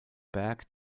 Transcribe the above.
berg